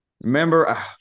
remember